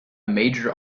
major